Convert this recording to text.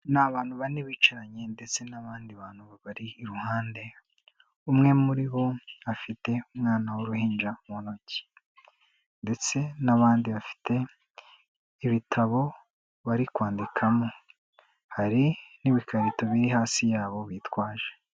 Ni abantu bane bicaranye ndetse n'abandi bantu babari iruhande, umwe muri bo afite umwana w'uruhinja mu ntoki. Ndetse n'abandi bafite ibitabo bari kwandikamo hari n'ibikarito biri hasi yabo bitwaje.